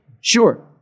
Sure